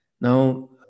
Now